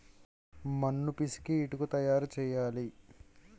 మన్ను పిసికి ఇటుక తయారు చేయాలి